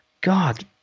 God